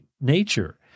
nature